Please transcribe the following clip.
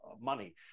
money